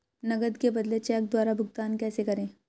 नकद के बदले चेक द्वारा भुगतान कैसे करें?